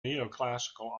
neoclassical